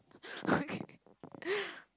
okay